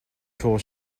шувуу